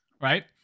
right